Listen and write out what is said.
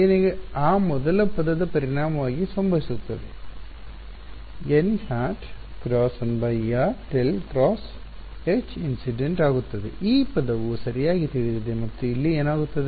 ಏನೀಗ ಆ ಮೊದಲ ಪದದ ಪರಿಣಾಮವಾಗಿ ಸಂಭವಿಸುತ್ತದೆ ಆಗುತ್ತದೆ ಈ ಪದವು ಸರಿಯಾಗಿ ತಿಳಿದಿದೆ ಮತ್ತು ಇಲ್ಲಿ ಏನಾಗುತ್ತದೆ